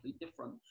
different